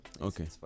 okay